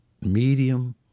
medium